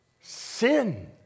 Sin